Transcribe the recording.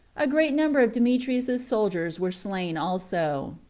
a great number of demetrius's soldiers were slain also.